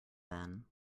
then